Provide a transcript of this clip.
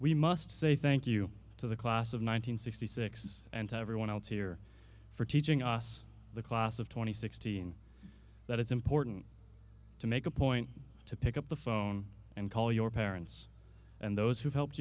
we must say thank you to the class of nine hundred sixty six and to everyone else here for teaching us the class of twenty sixteen that it's important to make a point to pick up the phone and call your parents and those who help